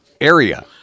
area